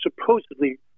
supposedly